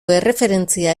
erreferentzia